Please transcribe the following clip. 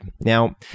Now